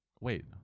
Wait